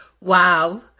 Wow